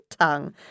tongue